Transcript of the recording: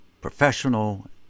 professional